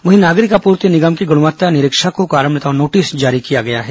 वहीं नागरिक आपूर्ति निगम के गुणवत्ता निरीक्षक को कारण बताओ नोटिस जारी किया गया है